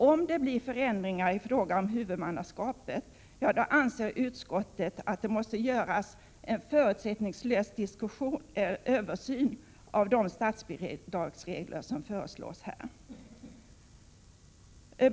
Om det blir förändringar i fråga om huvudmannaskapet anser utskottet att det måste göras en förutsättningslös översyn av de statsbidragsregler som nu föreslås.